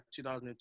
2002